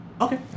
Okay